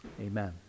Amen